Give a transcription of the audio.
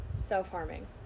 self-harming